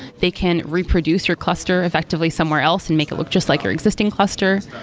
they can reproduce your cluster effectively somewhere else and make it look just like your existing cluster,